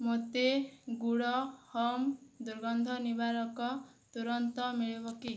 ମୋତେ good home ଦୁର୍ଗନ୍ଧ ନିବାରକ ତୁରନ୍ତ ମିଳିବ କି